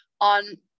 on